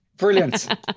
Brilliant